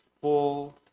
full